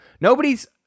Nobody's